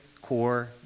core